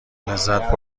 لذت